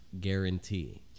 guarantee